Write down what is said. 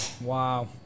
Wow